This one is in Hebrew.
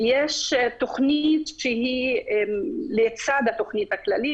ויש תכנית שהיא לצד התכנית הכללית,